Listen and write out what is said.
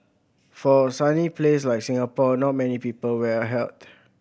for a sunny place like Singapore not many people wear a hat